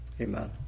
Amen